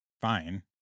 fine